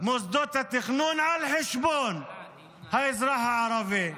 מוסדות התכנון על חשבון האזרח הערבי.